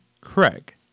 Craig